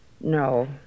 No